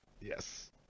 Yes